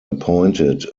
appointed